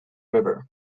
river